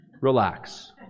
relax